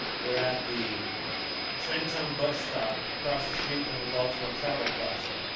we're at the chinatown bus stop across the street from the baltimore travel plaza,